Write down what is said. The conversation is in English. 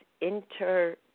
inter